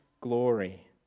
glory